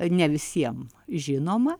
ne visiem žinoma